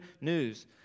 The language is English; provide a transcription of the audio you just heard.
news